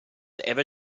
ever